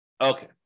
Okay